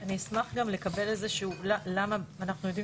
אני אשמח לקבל איזושהי סיבה למה אנחנו יודעים